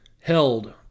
held